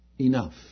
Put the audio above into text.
enough